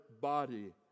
body